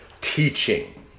teaching